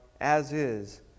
as-is